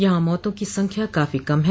यहां मौतों की संख्या काफी कम है